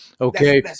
okay